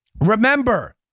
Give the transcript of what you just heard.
Remember